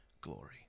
glory